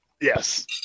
Yes